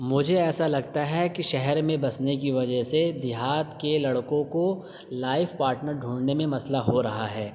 مجھے ایسا لگتا ہے کہ شہر میں بسنے کی وجہ سے دیہات کے لڑکوں کو لائف پارٹنر ڈھونڈھنے میں مسئلہ ہو رہا ہے